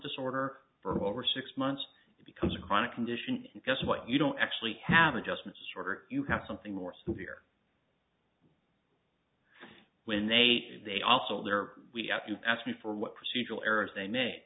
disorder for over six months it becomes a chronic condition and guess what you don't actually have adjustment disorder you have something more severe when they are they also they are we out you asked me for what procedural errors they ma